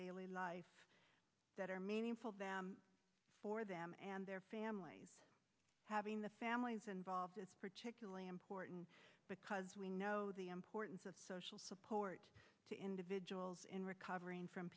daily life that are meaningful them for them and their families having the families involved is particularly important because we know the importance of social support to individuals in recovering from